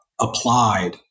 applied